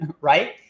right